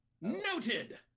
Noted